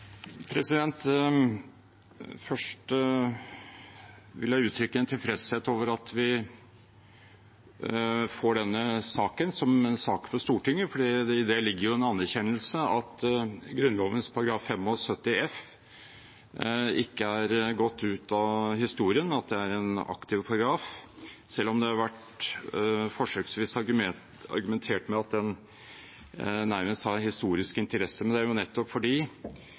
får denne saken som en sak for Stortinget, for i det ligger en anerkjennelse av at Grunnloven § 75 f ikke er gått ut av historien, at det er en aktiv paragraf, selv om det forsøksvis har vært argumentert med at den nærmest har historisk interesse. Men det er nettopp fordi